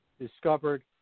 discovered